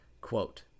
Quote